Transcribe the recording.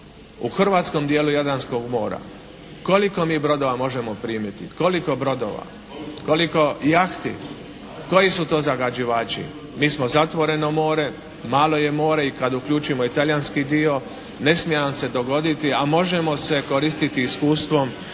u hrvatskom dijelu Jadranskog mora koliko mi brodova možemo primiti, koliko brodova, koliko jahti, koji su to zagađivači. Mi smo zatvoreno more, malo je more i kad uključimo talijanski dio. Ne smije nam se dogoditi, a možemo se koristiti iskustvom